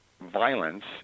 violence